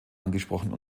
angesprochen